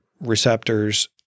receptors